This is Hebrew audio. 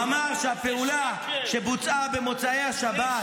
-- הוא אמר שהפעולה שבוצעה במוצאי השבת,